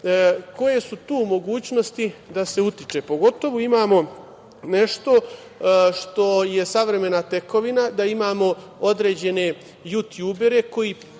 koje su tu mogućnosti da se utiče? Pogotovo imamo nešto što je savremena tekovina da imamo određene jutjubere koji